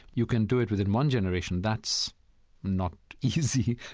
you can do it within one generation that's not easy,